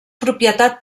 propietat